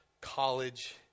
college